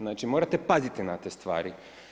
Znači morate paziti na te stvari.